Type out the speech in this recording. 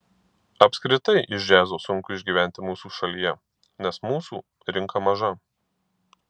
apskritai iš džiazo sunku išgyventi mūsų šalyje nes mūsų rinka maža